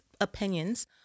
opinions